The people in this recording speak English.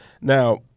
Now